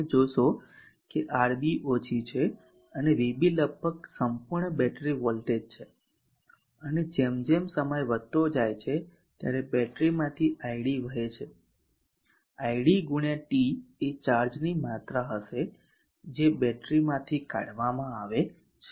તમે જોશો કે RB ઓછી છે અને VB લગભગ સંપૂર્ણ બેટરી વોલ્ટેજ છે અને જેમ જેમ સમય વધતો જાય છે ત્યારે બેટરીમાંથી id વહે છે id ગુણ્યા t એ ચાર્જની માત્રા હશે જે બેટરીમાંથી કાઢવામાં આવે છે